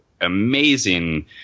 amazing